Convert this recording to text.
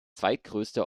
zweitgrößte